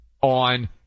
on